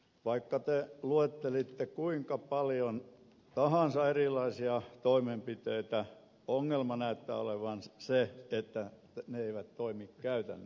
vaikka te luettelitte kuinka paljon tahansa erilaisia toimenpiteitä ongelma näyttää olevan se että ne eivät toimi käytännössä